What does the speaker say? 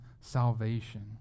salvation